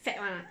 fat one ah